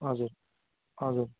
हजुर हजुर